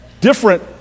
Different